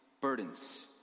burdens